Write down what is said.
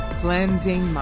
cleansing